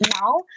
Now